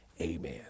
Amen